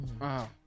Wow